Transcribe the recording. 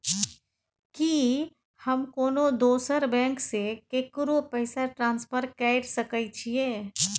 की हम कोनो दोसर बैंक से केकरो पैसा ट्रांसफर कैर सकय छियै?